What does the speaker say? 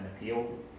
appeal